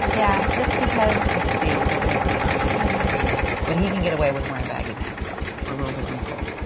yeah, just because you could see a little bit of her stomach and it's a v-neck. but he can get away with wearing baggy pants though. or a little bit wrinkled.